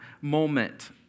moment